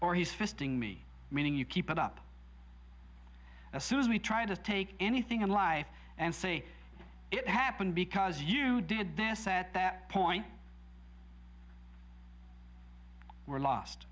me meaning you keep it up as soon as we try to take anything in life and see it happen because you did this at that point we're lost